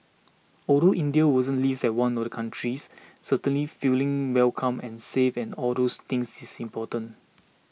although India wasn't listed as one of the countries certainly feeling welcome and safe and all those things is important